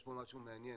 יש פה משהו מעניין,